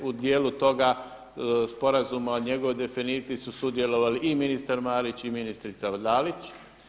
U dijelu toga sporazuma o njegovoj definiciji su sudjelovali i ministar Marić i ministrica Dalić.